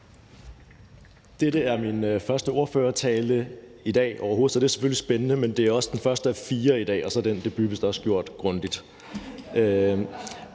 Dette er min første ordførertale overhovedet, så det er selvfølgelig spændende. Men det er også den første af fire i dag, og så er den debut vist også gjort grundigt.